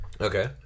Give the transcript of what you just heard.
Okay